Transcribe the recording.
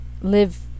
live